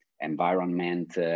environment